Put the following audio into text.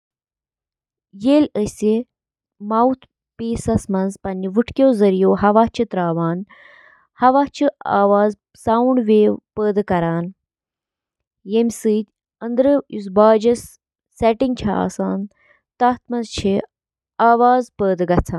اکھ ٹوسٹر چُھ گرمی پٲدٕ کرنہٕ خٲطرٕ بجلی ہنٛد استعمال کران یُس روٹی ٹوسٹس منٛز براؤن چُھ کران۔ ٹوسٹر اوون چِھ برقی کرنٹ سۭتۍ کوائلن ہنٛد ذریعہٕ تیار گژھن وٲل انفراریڈ تابکٲری ہنٛد استعمال کٔرتھ کھین بناوان۔